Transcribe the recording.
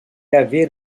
haver